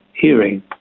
hearing